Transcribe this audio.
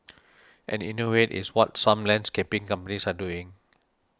and innovate is what some landscaping companies are doing